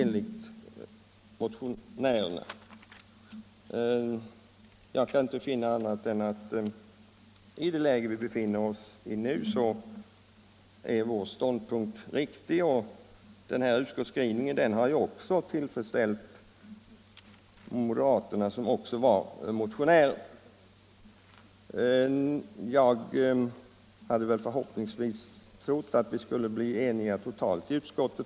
Jag kan således inte finna annat än att vår ståndpunkt är riktig med hänsyn till det förhandenvarande läget. Utskottets skrivning har ju även tillfredsställt moderaterna, som också var motionärer. Jag hade förhoppningsvis trott att utskottet skulle bli helt enigt.